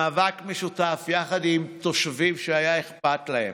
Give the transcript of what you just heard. במשותף, יחד עם תושבים שהיה אכפת להם,